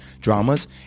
dramas